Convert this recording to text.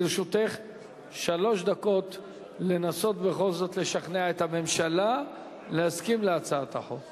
לרשותך שלוש דקות לנסות בכל זאת לשכנע את הממשלה להסכים להצעת החוק.